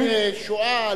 לפני שואה,